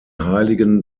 heiligen